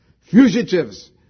Fugitives